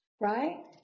Right